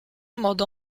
modo